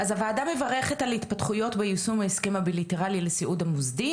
אז הוועדה מברכת על ההתפתחויות ביישום ההסכם הביליטראלי לסיעוד המוסדי,